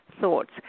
thoughts